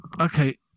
Okay